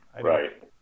Right